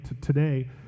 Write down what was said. today